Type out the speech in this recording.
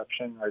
right